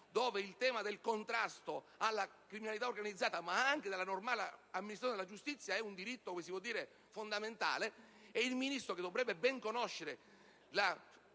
dove il tema del contrasto alla criminalità organizzata, ma anche della normale amministrazione della giustizia, rappresenta un diritto fondamentale. Il Ministro, che dovrebbe ben conoscere le